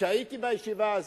כשהייתי בישיבה הזאת,